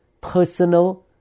personal